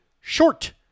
short